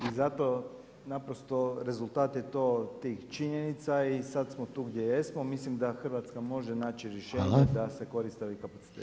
I zato naprosto rezultati tih činjenica i sada smo tu gdje jesmo, mislim da Hrvatska može naći rješenje da se koriste ovi kapaciteti.